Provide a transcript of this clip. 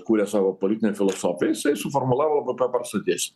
kūrė savo politinę filosofiją jisai suformulavo labai paprastai ties